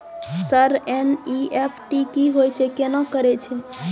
Sir NEFT की होय छै, केना करे छै?